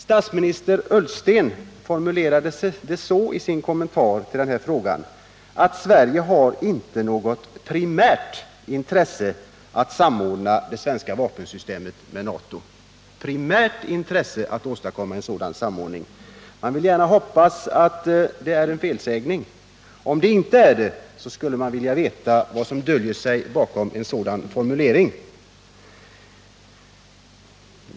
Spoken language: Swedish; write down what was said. Statsminister Ullsten formulerade det så i sin kommentar till den här frågan att Sverige inte har något primärt intresse av att samordna det svenska vapensystemet med NATO. Man vill gärna hoppas att det är en felsägning. Om det inte är det skulle man vilja veta vad som döljer sig bakom en sådan formulering.